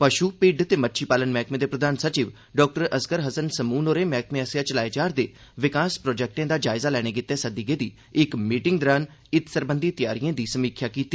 पशु भिड्ड ते मच्छी पालन मैह्कमे दे प्रधान सचिव डाक्टर असगर हस्सन समून होरें मैह्कमे आसेआ चलाए जा'रदे तरक्कियाती प्रोजेक्टें दा जायजा लैने गितै सद्दी गेदी इक मीटिंग दौरान इत्त सरबंधी तैयारिए दी समीक्षा कीती